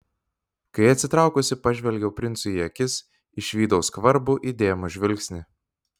kai atsitraukusi pažvelgiau princui į akis išvydau skvarbų įdėmų žvilgsnį